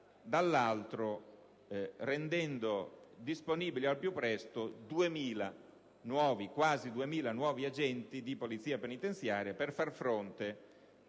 dall'altro rendendo disponibile al più presto quasi 2.000 nuovi agenti di polizia penitenziaria per far fronte